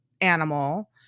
animal